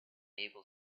able